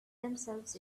themselves